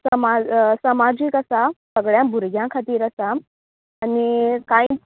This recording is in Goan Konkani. समाज समाजीक आसा सगळ्यां भुरग्यां खातीर आसा आनी कांयच